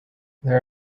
there